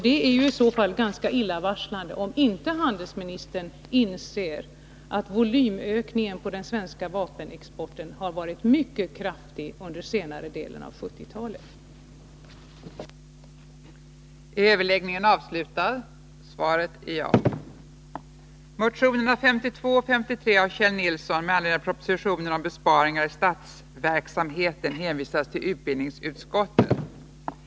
Det är ganska illavarslande om handelsministern inte inser att volymökningen för den svenska vapenexporten har varit mycket kraftig under senare delen av 1970-talet.